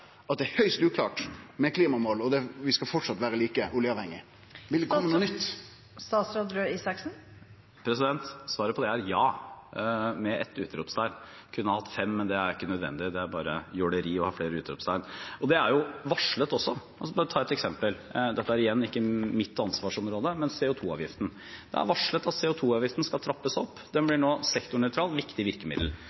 at det er høgst uklart med klimamål, og vi framleis skal vere like oljeavhengige? Vil det kome noko nytt? Svaret på det er ja, med ett utropstegn – kunne hatt fem, men det er ikke nødvendig, det er bare jåleri å ha flere utropstegn. Det er varslet også. Jeg kan bare ta et eksempel: Dette er igjen ikke mitt ansvarsområde, men CO2-avgiften. Det er varslet at CO2-avgiften skal trappes opp. Den